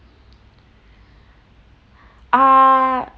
uh